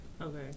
Okay